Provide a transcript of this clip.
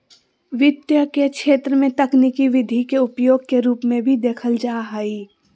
वित्त के क्षेत्र में तकनीकी विधि के उपयोग के रूप में भी देखल जा हइ